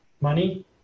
money